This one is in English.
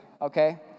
okay